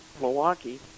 Milwaukee